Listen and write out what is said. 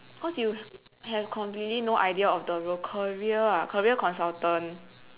cause you have completely no idea of the role career ah career consultant